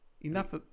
enough